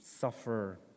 suffer